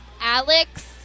Alex